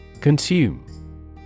Consume